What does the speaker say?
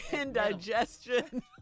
Indigestion